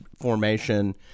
formation